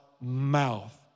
mouth